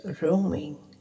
roaming